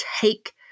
take